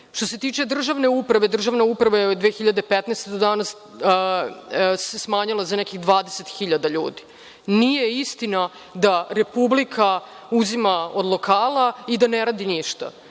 se tiče državne uprave, državna uprava se od 2015. do danas smanjila za nekih 20 hiljada ljudi. Nije istina da Republika uzima od lokala i da ne radi ništa.